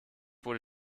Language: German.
wurde